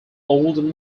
old